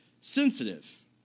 sensitive